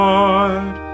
Lord